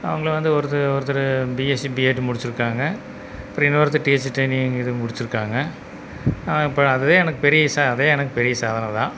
அவங்களும் வந்து ஒருத்தர் ஒருத்தர் பிஎஸ்சி பிஏட் முடித்திருக்காங்க அப்புறம் இன்னொருத்தர் டீச்சர் ட்ரைனிங் இது முடித்திருக்காங்க இப்போ அதுவே எனக்கு பெரிய அதே எனக்கு பெரிய சாதனை தான்